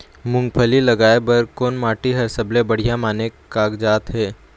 मूंगफली लगाय बर कोन माटी हर सबले बढ़िया माने कागजात हे?